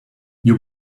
you